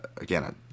again